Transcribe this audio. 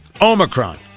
Omicron